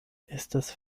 estas